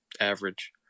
average